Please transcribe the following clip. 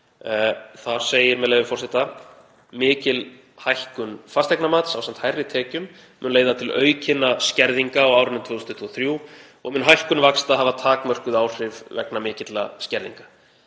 Þar segir, með leyfi forseta: „Mikil hækkun fasteignamats ásamt hærri tekjum mun leiða til aukinna skerðinga á árinu 2023 og mun hækkun vaxta hafa takmörkuð áhrif vegna mikilla skerðinga.“